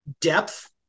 depth